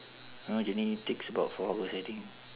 journey takes about four hours I think